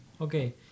Okay